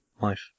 life